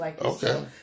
Okay